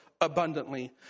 abundantly